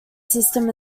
system